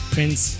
Prince